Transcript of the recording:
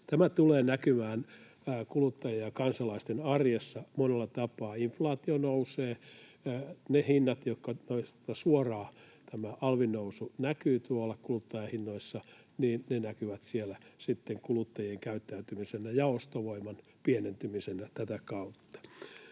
Tämä tulee näkymään kuluttajien ja kansalaisten arjessa monella tapaa. Inflaatio nousee, ja niiden hintojen kautta, joissa suoraan tämä alvin nousu näkyy tuolla kuluttajahinnoissa, se näkyy sitten kuluttajien käyttäytymisenä ja ostovoiman pienentymisenä. Tämä